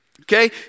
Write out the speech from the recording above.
Okay